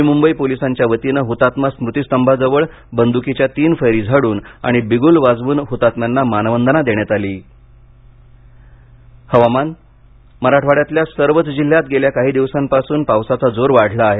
नवी मुंबई पोलिसांच्या वतीने हुतात्मा स्मृतीस्तभाजवळ बंद्कीच्या तीन फैरी झाडून आणि बिगुल वाजवून हुतात्म्यांना मानवंदना देण्यात आली हवामान मराठवाड्यातल्या सर्वच जिल्ह्यांत गेल्या काही दिवसानपासून पावसाचा जोर वाढला आहे